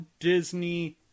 Disney